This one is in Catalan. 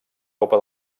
copa